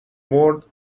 word